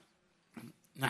הוא